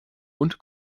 und